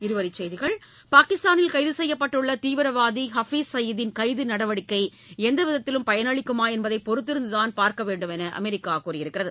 இருவரிச்செய்திகள் பாகிஸ்தானில் கைது செய்யப்பட்டுள்ள தீவிரவாதி ஃஹபீஸ் சயீதின் கைது நடவடிக்கை எந்தவிதத்திலும் பயனளிக்குமா என்பதை பொறுத்திருந்துதான் பார்க்க வேண்டுமென்று அமெரிக்கா கூறியுள்ளது